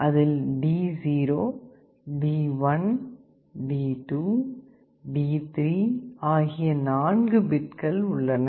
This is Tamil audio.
அதில் D0 D1 D2 D3 ஆகிய 4 பிட்கள் உள்ளன